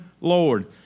Lord